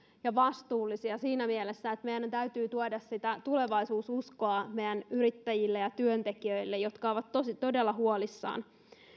ja vastuullisia siinä mielessä että meidän täytyy tuoda sitä tulevaisuususkoa meidän yrittäjille ja työntekijöille jotka ovat todella huolissaan